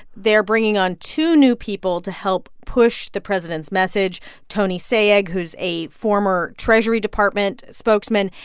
they're bringing on two new people to help push the president's message tony sayegh, who's a former treasury department spokesman,